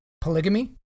polygamy